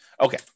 Okay